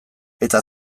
eta